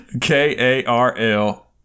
K-A-R-L